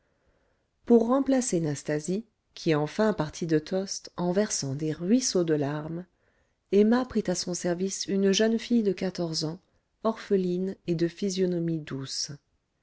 pour remplacer nastasie qui enfin partit de tostes en versant des ruisseaux de larmes emma prit à son service une jeune fille de quatorze ans orpheline et de physionomie douce